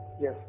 Yes